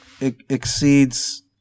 exceeds